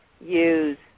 use